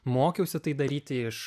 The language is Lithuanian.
mokiausi tai daryti iš